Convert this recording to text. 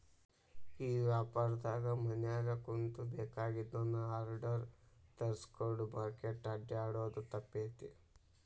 ಈ ವ್ಯಾಪಾರ್ದಾಗ ಮನ್ಯಾಗ ಕುಂತು ಬೆಕಾಗಿದ್ದನ್ನ ಆರ್ಡರ್ ಮಾಡಿ ತರ್ಸ್ಕೊಂಡ್ರ್ ಮಾರ್ಕೆಟ್ ಅಡ್ಡ್ಯಾಡೊದು ತಪ್ತೇತಿ